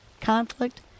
conflict